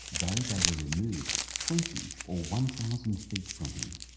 tho they were removed twenty or one thousand feet from him.